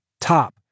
top